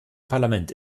parlament